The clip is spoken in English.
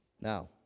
Now